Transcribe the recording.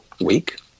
week